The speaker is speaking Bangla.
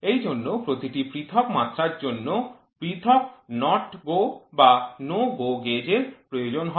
এইজন্য প্রতিটি পৃথক মাত্রার জন্য পৃথক NOT GO বা NO GO এর গেজ প্রয়োজন হয়